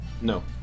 No